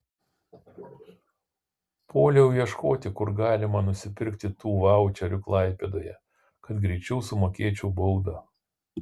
puoliau ieškoti kur galima nusipirkti tų vaučerių klaipėdoje kad greičiau sumokėčiau baudą